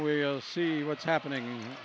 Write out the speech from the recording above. we see what's happening